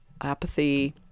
apathy